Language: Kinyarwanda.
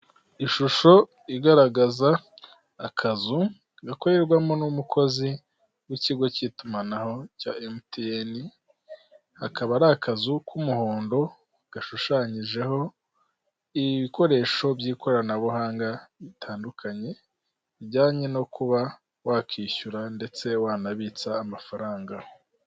Ishusho igaragaza akazu gakorerwamo n'umukozi w'ikigo k'itumanaho cya emutiyene, akaba ari akazu k'umuhondo gashushanyijeho ibikoresho by'ikoranabuhanga bitandukanye bijyanye no kuba wakishyura ndetse wanabitsa amafaranga.